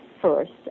first